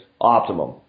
optimum